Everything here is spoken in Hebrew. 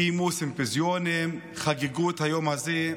קיימו סימפוזיונים, חגגו את היום הזה,